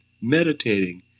meditating